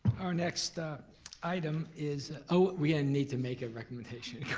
our next item is, oh, we and need to make a recommendation.